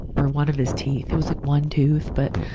or one of his teeth. it was like one tooth, but,